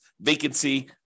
vacancy